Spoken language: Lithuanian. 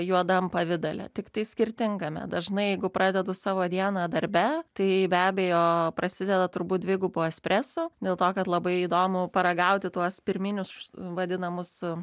juodam pavidale tiktai skirtingame dažnai jeigu pradedu savo dieną darbe tai be abejo prasideda turbūt dvigubu espresu dėl to kad labai įdomu paragauti tuos pirminius vadinamus